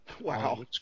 wow